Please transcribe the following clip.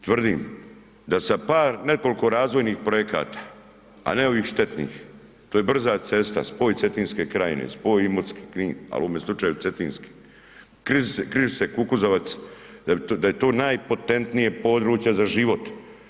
Ja vam tvrdim, tvrdim da sa par, nekoliko razvojnih projekata, a ne ovih štetnih, to je brza cesta, spoj Cetinske krajine, spoj Imotski – Knin, a u ovome slučaju cetinski, Križice – Kukuzovac, da je to najpotentnije područje za život.